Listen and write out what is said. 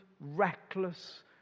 reckless